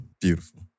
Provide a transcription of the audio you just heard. beautiful